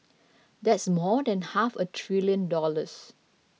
that's more than half a trillion dollars